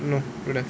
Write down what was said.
no don't have